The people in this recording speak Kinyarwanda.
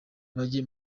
bajye